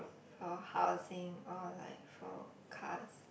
for housing or like for cars